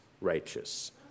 righteous